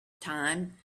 time